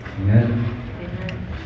Amen